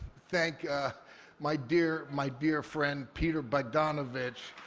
thank my dear my dear friend peter bogdanovich,